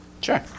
Sure